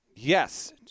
Yes